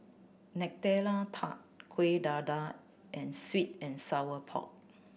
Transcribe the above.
Nutella Tart Kueh Dadar and sweet and sour pork